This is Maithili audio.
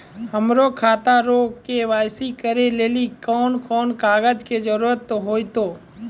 हमरो खाता रो के.वाई.सी करै लेली कोन कोन कागज के जरुरत होतै?